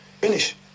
Finish